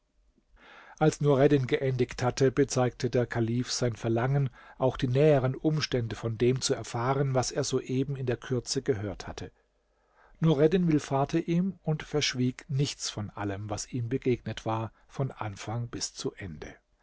als nureddin geendigt hatte bezeigte der kalif sein verlangen auch die näheren umstände von dem zu erfahren was er soeben in der kürze gehört hatte nureddin willfahrte ihm und verschwieg nichts von allem was ihm begegnet war von anfang bis zu ende